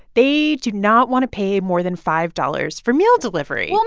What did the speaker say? they do not want to pay more than five dollars for meal delivery and